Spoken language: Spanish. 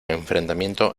enfrentamiento